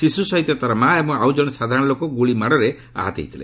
ଶିଶୁ ସହିତ ତାର ମା' ଏବଂ ଆଉ ଜଣେ ସାଧାରଣ ଲୋକ ଗୁଳିମାଡ଼ରେ ଆହତ ହୋଇଥିଲେ